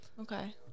Okay